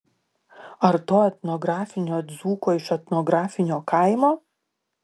ar to etnografinio dzūko iš etnografinio kaimo